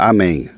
Amém